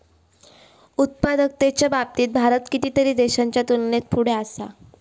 उत्पादकतेच्या बाबतीत भारत कितीतरी देशांच्या तुलनेत पुढे असा